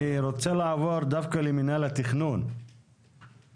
אני רוצה לעבור דווקא למנהל התכנון ולשמוע